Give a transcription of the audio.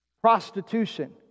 prostitution